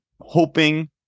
hoping